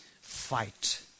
fight